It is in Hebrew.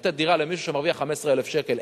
לתת דירה למישהו שמרוויח 15,000 שקל,